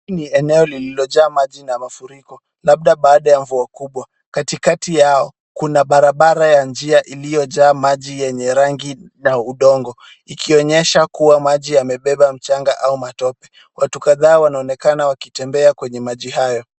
Hili ni eneo lililojaa maji na mafuriko labda baada ya mvua kubwa katikakati yao, kuna barabara ya njia iliyojaa maji yenye rangi ya udongo, ikionyesha kuwa maji yamebeba changa au matope. Watu kadhaa wanaonekana wakitembea kwenye maji hayo.